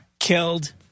killed